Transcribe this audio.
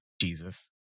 Jesus